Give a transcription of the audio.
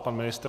Pan ministr.